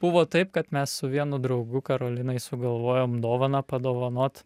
buvo taip kad mes su vienu draugu karolinai sugalvojom dovaną padovanot